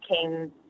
came